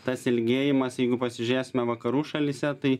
tas ilgėjimas jeigu pasižiūrėsime vakarų šalyse tai